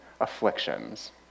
afflictions